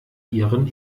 ihren